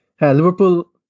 Liverpool